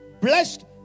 blessed